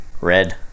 Red